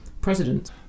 president